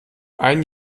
ein